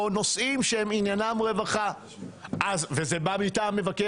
או נושאים שעניינם רווחה וזה בא מטעם מבקר